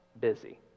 busy